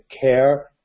care